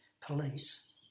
police